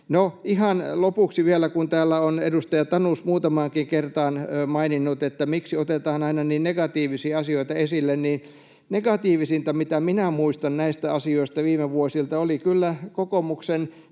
ihan lopuksi vielä, kun täällä on edustaja Tanus muutamaankin kertaan maininnut, että miksi otetaan aina niin negatiivisia asioita esille. Negatiivisinta, mitä minä muistan näistä asioista viime vuosilta, oli kyllä kokoomuksen